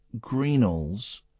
Greenall's